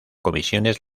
comisiones